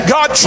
God